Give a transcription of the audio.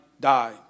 die